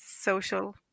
social